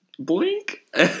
Blink